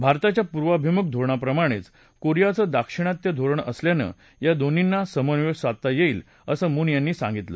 भारताच्या पूर्वाभिमुख धोरणाप्रमाणेच कोरियाचं दाक्षिणात्य धोरण असल्यानं या दोन्हींचा समन्वय साधता येईल असं मून यांनी सांगितलं